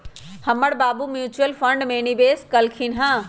हमर बाबू mutual fund में निवेश कलखिंन्ह ह